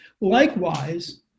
Likewise